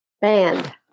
band